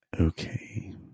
Okay